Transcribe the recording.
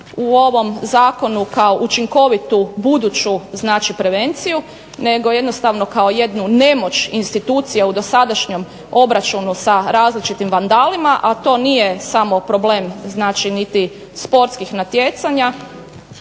u ovom zakonu kao učinkovitu, buduću znači prevenciju, nego jednostavno kao jednu nemoć institucija u dosadašnjem obračunu sa različitim vandalima, a to nije samo problem znači niti sportskih natjecanja